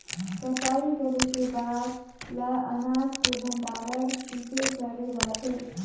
कटाई करे के बाद ल अनाज के भंडारण किसे करे जाथे?